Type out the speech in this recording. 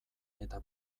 eta